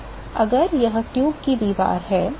तो अगर यह ट्यूब की दीवार है